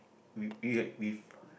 w~ w~ with